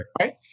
Right